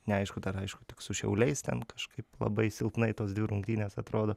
neaišku dar aišku tik su šiauliais ten kažkaip labai silpnai tos dvi rungtynės atrodo